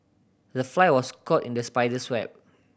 the fly was caught in the spider's web